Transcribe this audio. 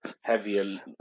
heavier